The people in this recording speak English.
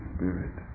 Spirit